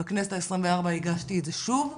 בכנסת העשרים-וארבע הגשתי את זה שוב,